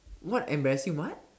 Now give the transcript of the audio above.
what embarrassing what